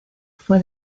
fue